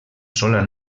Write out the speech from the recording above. sola